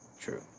true